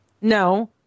No